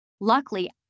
Luckily